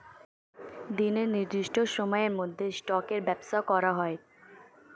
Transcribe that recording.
দিনের নির্দিষ্ট সময়ের মধ্যে স্টকের ব্যবসা করা হয়